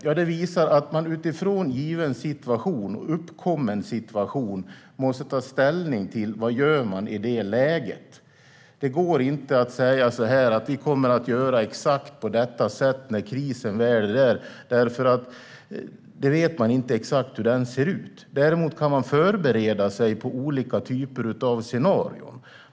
Jo, det visar att man utifrån uppkommen situation måste ta ställning till vad man ska göra. Det går inte att säga att man kommer att göra på exakt detta sätt när krisen väl är där, för man vet inte exakt hur den ser ut. Däremot kan man förbereda sig på olika typer av scenarier.